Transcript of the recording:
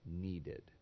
needed